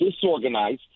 disorganized